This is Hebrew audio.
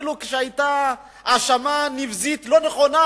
אפילו כשהיתה האשמה נבזית לא נכונה,